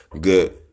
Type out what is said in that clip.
Good